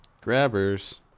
Grabbers